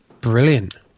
brilliant